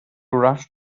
rush